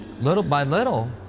little by little,